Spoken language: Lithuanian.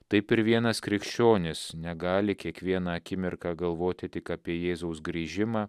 taip ir vienas krikščionis negali kiekvieną akimirką galvoti tik apie jėzaus grįžimą